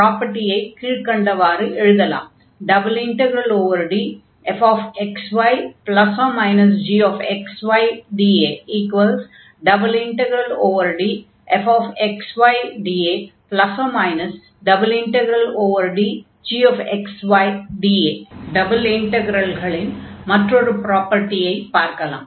ப்ராப்பர்ட்டியை கீழ்க்கண்டவாறு எழுதலாம் ∬Dfxy±gxydA∬DfxydA∬DgxydA டபுள் இன்டக்ரலின் மற்றொரு ப்ராப்பர்ட்டியை பார்க்கலாம்